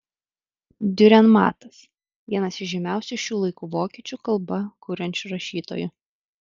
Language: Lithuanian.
diurenmatas vienas iš žymiausių šių laikų vokiečių kalba kuriančių rašytojų